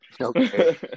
Okay